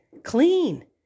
clean